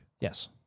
Yes